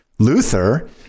luther